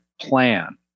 plan